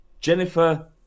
Jennifer